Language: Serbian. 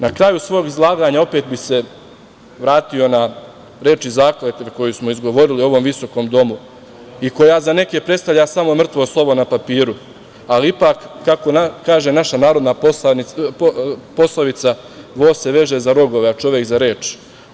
Na kraju svog izlaganja opet bih se vratio na reči zakletve koju smo izgovorili u ovom visokom domu i koja za neke predstavlja samo mrtvo slovo na papiru, ali ipak, kako kaže naša narodna poslovica – vo se veže za rogove, a čovek za reč.